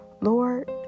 Lord